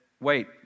wait